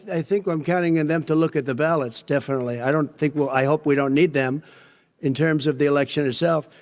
i think i'm counting on and them to look at the ballots, definitely. i don't think we'll i hope we don't need them in terms of the election itself,